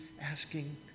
asking